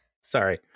Sorry